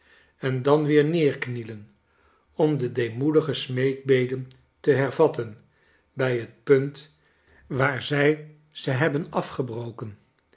en dan weer neerknielen om de deemoedige smeekbeden te hervatten bij het punt waar zij ze hebben afgebroken